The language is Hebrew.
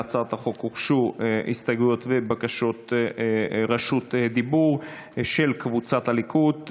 להצעת החוק הוגשו הסתייגויות ובקשות רשות דיבור של קבוצת סיעת הליכוד,